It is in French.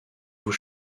vous